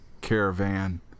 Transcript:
caravan